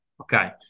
okay